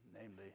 namely